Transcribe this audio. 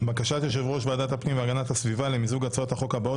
בקשת יושב-ראש ועדת הפנים והגנת הסביבה למיזוג הצעות החוק הבאות